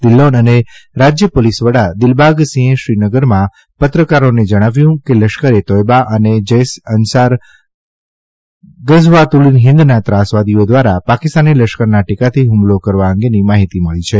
ધિલોન અને રાજય પોલીસ વડા દિલબાગસિંહે શ્રીનગરમાં પત્રકારોને જણાવ્યું કે લશ્કરે તોયબા અને જૈશે અન્સાર ગઝવાતુલ હિન્દના ત્રાસવાદીઓ વ્રારા પાકિસ્તાની લશ્કરના ટેકાથી ફમલો કરવા અંગેની માહીતી મળી છે